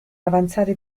avanzare